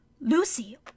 Lucy